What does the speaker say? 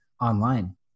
online